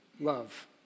love